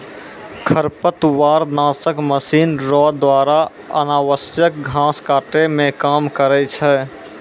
खरपतवार नासक मशीन रो द्वारा अनावश्यक घास काटै मे काम करै छै